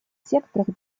секторах